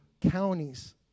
counties